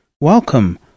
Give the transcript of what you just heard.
Welcome